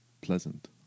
pleasant